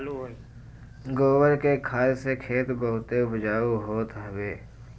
गोबर के खाद से खेत बहुते उपजाऊ होत हवे